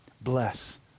Bless